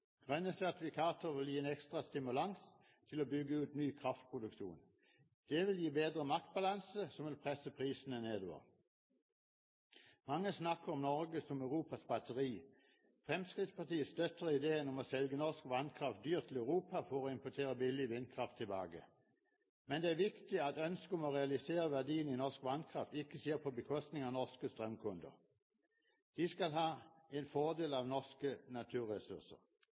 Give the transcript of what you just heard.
Grønne sertifikater vil gi en ekstra stimulans til å bygge ut ny kraftproduksjon. Det vil gi bedre markedsbalanse, som vil presse prisene nedover. Mange snakker om Norge som Europas batteri. Fremskrittspartiet støtter ideen om å selge norsk vannkraft dyrt til Europa for å importere billig vindkraft tilbake. Men det er viktig at ønsket om å realisere verdiene i norsk vannkraft ikke skjer på bekostning av norske strømkunder. De skal ha en fordel av norske naturressurser.